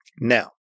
Now